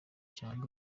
cyangwa